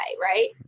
right